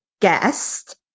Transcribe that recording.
guest